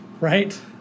Right